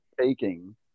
taking